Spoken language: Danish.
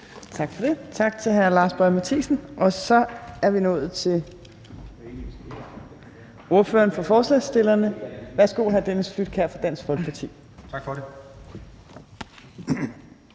Tak for det. Tak til hr. Lars Boje Mathiesen. Og så er vi nået til ordføreren for forslagsstillerne. Værsgo, hr. Dennis Flydtkjær fra Dansk Folkeparti. Kl.